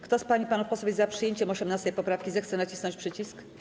Kto z pań i panów posłów jest za przyjęciem 18. poprawki, zechce nacisnąć przycisk.